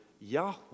Yahweh